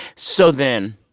so then,